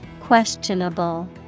Questionable